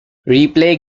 replay